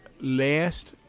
last